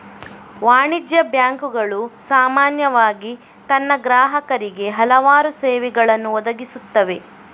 ವಾಣಿಜ್ಯ ಬ್ಯಾಂಕುಗಳು ಸಾಮಾನ್ಯವಾಗಿ ತನ್ನ ಗ್ರಾಹಕರಿಗೆ ಹಲವಾರು ಸೇವೆಗಳನ್ನು ಒದಗಿಸುತ್ತವೆ